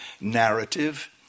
narrative